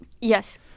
Yes